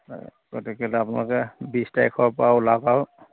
গতিকে এতিয়া আপোনালোকে বিশ তাৰিখৰ পৰা ওলাওক আৰু